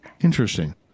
Interesting